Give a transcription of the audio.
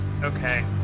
Okay